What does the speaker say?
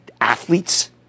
athletes